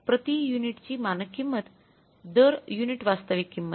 प्रति युनिटची मानक किंमत दर युनिट वास्तविक किंमत